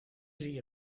zie